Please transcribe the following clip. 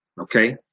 Okay